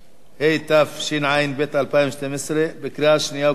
התשע"ב 2012, קריאה שנייה וקריאה שלישית.